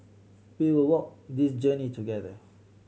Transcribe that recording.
we will walk this journey together